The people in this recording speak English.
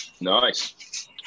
Nice